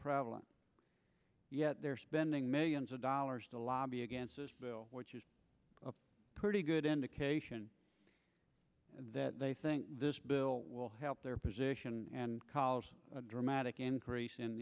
prevalent yet they're spending millions of dollars to lobby against this bill which is a pretty good indication that they think this bill will help their position and cause a dramatic increase in